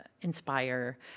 inspire